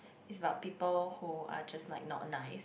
is about people who are just like not nice